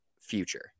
future